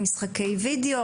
משחקי הווידיאו